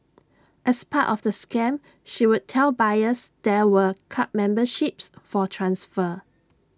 as part of the scam she would tell buyers there were club memberships for transfer